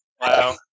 Wow